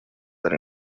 that